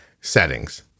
settings